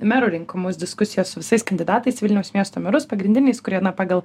merų rinkimus diskusiją su visais kandidatais į vilniaus miesto merus pagrindiniais kurie na pagal